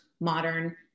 modern